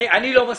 אני לא מסכים.